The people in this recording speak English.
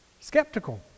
skeptical